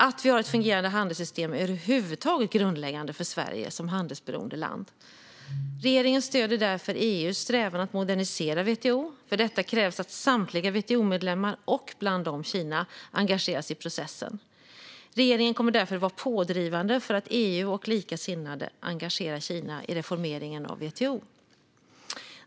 Att vi har ett fungerande handelssystem är över huvud taget grundläggande för Sverige som handelsberoende land. Regeringen stöder därför EU:s strävan att modernisera WTO. För detta krävs att samtliga WTO-medlemmar, bland dem Kina, engageras i processen. Regeringen kommer därför att vara pådrivande för att EU och likasinnade ska engagera Kina i reformeringen av WTO.